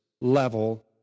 level